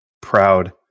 Proud